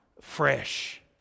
fresh